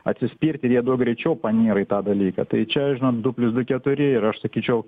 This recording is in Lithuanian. atsispirti ir jie daug greičiau panyra į tą dalyką tai čia žinot du plius du keturi ir aš sakyčiau